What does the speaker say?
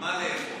מה לאכול.